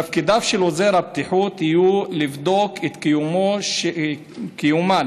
תפקידיו של עוזר הבטיחות יהיו: לבדוק את קיומן של